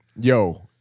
Yo